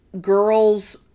girls